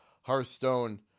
Hearthstone